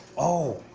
oh,